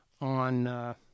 on—